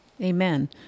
amen